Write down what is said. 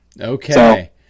Okay